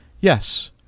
Yes